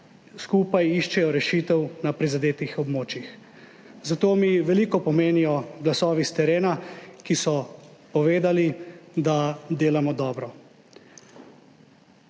skupaj iščejo rešitve na prizadetih območjih, zato mi veliko pomenijo glasovi s terena, ki so povedali, da delamo dobro.